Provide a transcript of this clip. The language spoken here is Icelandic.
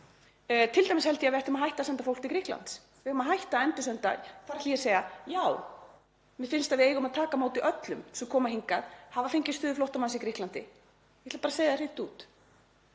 t.d. held ég að við ættum að hætta að senda fólk til Grikklands. Við eigum að hætta að endursenda. Þá ætla ég að segja: Já, mér finnst að við eigum að taka á móti öllum sem koma hingað og hafa fengið stöðu flóttamanns í Grikklandi. Ég ætla bara að segja það hreint út